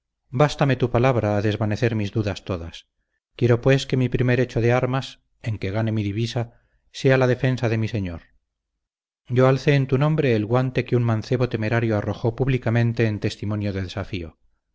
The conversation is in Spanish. bástame tu palabra a desvanecer mis dudas todas quiero pues que mi primer hecho de armas en que gane mi divisa sea la defensa de mi señor yo alcé en tu nombre el guante que un mancebo temerario arrojó públicamente en testimonio de desafío